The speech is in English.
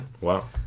Wow